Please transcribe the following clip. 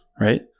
right